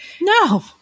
No